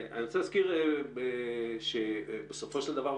אני רוצה להזכיר שבסופו של דבר,